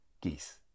Geese